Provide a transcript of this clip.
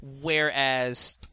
Whereas